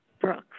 Brooks